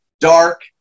Dark